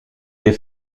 les